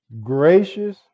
gracious